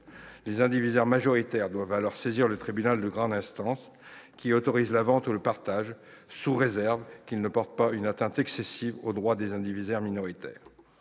Les indivisaires majoritaires doivent alors saisir le tribunal de grande instance, qui autorise la vente ou le partage sous réserve que cela ne porte pas une atteinte excessive aux droits des indivisaires minoritaires.